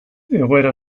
egoera